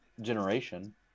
generation